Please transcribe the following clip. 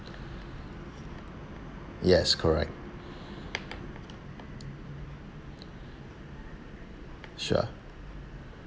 yes correct sure